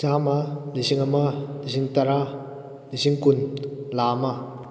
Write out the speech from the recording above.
ꯆꯥꯝꯃ ꯂꯤꯁꯤꯡ ꯑꯃ ꯂꯤꯁꯤꯡ ꯇꯔꯥ ꯂꯤꯁꯤꯡ ꯀꯨꯟ ꯂꯥꯛ ꯑꯃ